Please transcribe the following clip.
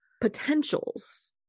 potentials